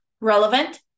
Relevant